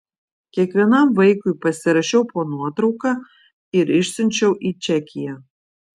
kiekvienam vaikui pasirašiau po nuotrauka ir išsiunčiau į čekiją